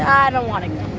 i don't wanna go.